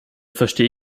verstehe